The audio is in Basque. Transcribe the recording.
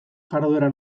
jarduera